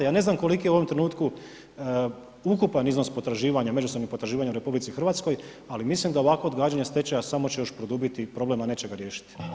Ja ne znam koliki je u ovom trenutku ukupan iznos potraživanja, međusobnih potraživanja u RH, ali mislim da ovako odgađanje stečaja samo će još produbiti problem, a neće ga riješiti.